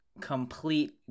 complete